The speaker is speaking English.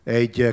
egy